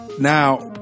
now